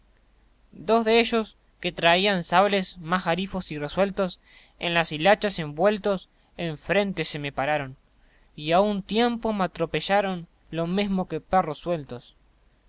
dos de ellos que traiban sables más garifos y resueltos en las hilachas envueltos enfrente se me pararon y a un tiempo me atropellaron lo mesmo que perros sueltos